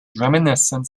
reminiscent